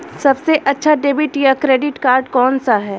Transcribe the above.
सबसे अच्छा डेबिट या क्रेडिट कार्ड कौन सा है?